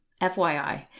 FYI